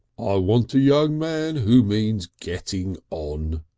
i want a young man who means getting on.